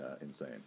insane